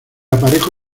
aparejo